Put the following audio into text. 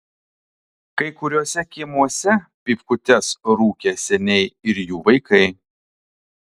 kai kuriuose kiemuose pypkutes rūkė seniai ir jų vaikai